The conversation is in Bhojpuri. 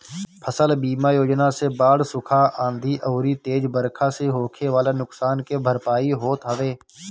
फसल बीमा योजना से बाढ़, सुखा, आंधी अउरी तेज बरखा से होखे वाला नुकसान के भरपाई होत हवे